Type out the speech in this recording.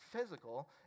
physical